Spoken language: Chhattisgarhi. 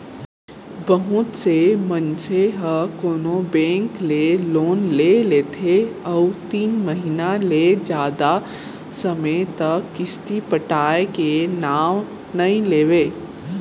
बहुत से मनसे ह कोनो बेंक ले लोन ले लेथे अउ तीन महिना ले जादा समे तक किस्ती पटाय के नांव नइ लेवय